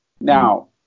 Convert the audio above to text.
Now